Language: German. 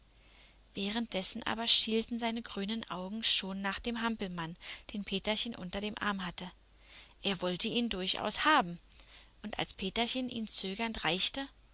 währenddessen aber schielten seine grünen augen schon nach dem hampelmann den peterchen unter dem arm hatte er wollte ihn durchaus haben und als peterchen ihn zögernd reichte